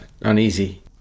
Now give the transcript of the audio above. uneasy